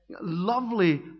lovely